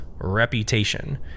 reputation